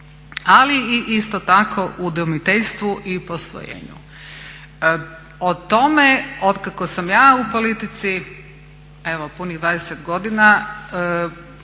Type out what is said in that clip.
Ali i isto tako u udomiteljstvu i posvojenju. O tome od kako sam ja u politici evo punih 20 godina